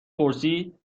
پرسید